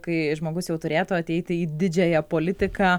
kai žmogus jau turėtų ateiti į didžiąją politiką